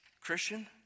Christian